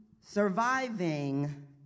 surviving